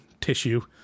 tissue